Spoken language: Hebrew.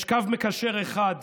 יש קו מקשר אחד